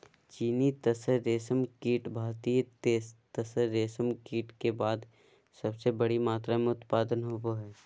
चीनी तसर रेशमकीट भारतीय तसर रेशमकीट के बाद सबसे बड़ी मात्रा मे उत्पादन होबो हइ